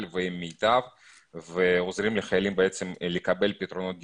ועם מיט"ב ועוזרים לחיילים לקבל פתרונות דיור,